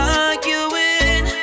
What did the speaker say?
arguing